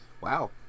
wow